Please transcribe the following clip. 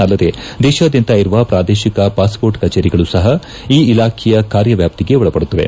ಅಲ್ಲದೆ ದೇಶಾದ್ಯಂತ ಇರುವ ಪ್ರಾದೇಶಿಕ ಪಾಸ್ಪೋರ್ಟ್ ಕಚೇರಿಗಳು ಸಪ ಈ ಇಲಾಖೆಯ ಕಾರ್ಯ ವಾಷ್ಟಿಗೆ ಒಳಪಡುತ್ತವೆ